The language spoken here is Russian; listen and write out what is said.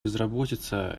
безработица